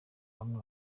bamwe